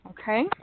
Okay